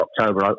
October